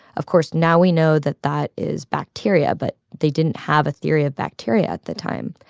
of course, now we know that that is bacteria, but they didn't have a theory of bacteria at the time.